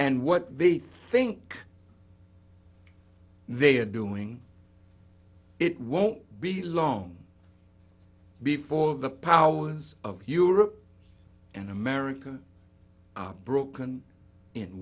and what they think they are doing it won't be long before the powers of europe and america are broken in